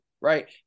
Right